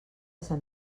sant